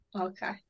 okay